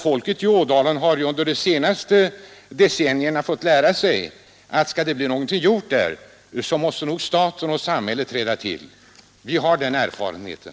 Folket i Ådalen har ju under de senaste decennierna fått lära sig att skall det bli någonting gjort där, måste staten och samhället träda till. Vi har den erfarenheten.